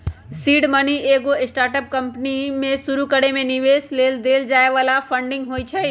seed money एगो startup company में शुरुमे निवेश लेल देल जाय बला फंडिंग होइ छइ